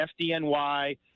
FDNY